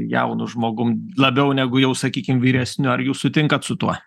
jaunu žmogum labiau negu jau sakykim vyresniu ar jūs sutinkat su tuo